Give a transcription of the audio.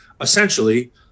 essentially